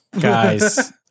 guys